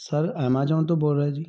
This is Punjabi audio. ਸਰ ਐਮਾਜੋਨ ਤੋਂ ਬੋਲ ਰਹੇ ਜੀ